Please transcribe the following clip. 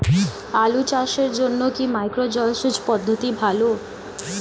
আলু চাষের জন্য কি মাইক্রো জলসেচ পদ্ধতি ভালো?